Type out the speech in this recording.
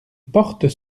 portes